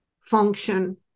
function